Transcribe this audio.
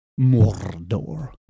Mordor